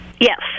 Yes